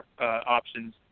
options